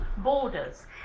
borders